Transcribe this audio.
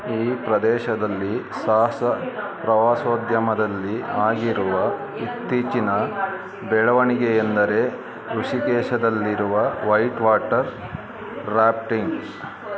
ಈ ಪ್ರದೇಶದಲ್ಲಿ ಸಾಹಸ ಪ್ರವಾಸೋದ್ಯಮದಲ್ಲಿ ಆಗಿರುವ ಇತ್ತೀಚಿನ ಬೆಳವಣಿಗೆಯೆಂದರೆ ರಿಷಿಕೇಶದಲ್ಲಿರುವ ವೈಟ್ವಾಟರ್ ರಾಪ್ಟಿಂಗ್